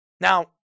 Now